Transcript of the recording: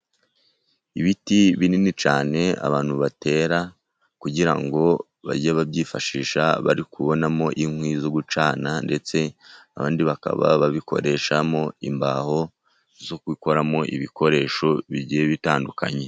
Ibiti binini cyane, abantu batera kugira ngo bajye babyifashisha bari kubonamo inkwi zo gucana, ndetse abandi bakaba babikoreshamo imbaho zo gukoramo ibikoresho bigiye bitandukanye.